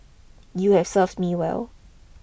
you have served me well